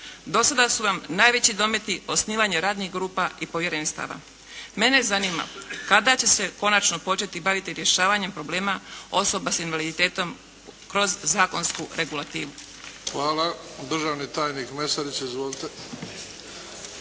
Do sada su vam najveći dometi osnivanje radnih grupa i povjerenstava. Mene zanima kada će se konačno početi baviti rješavanjem problema osoba sa invaliditetom kroz zakonsku regulativu? **Bebić, Luka (HDZ)** Hvala. Državni tajnik Mesarić. Izvolite.